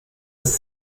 und